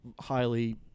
highly